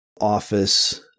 Office